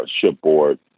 shipboard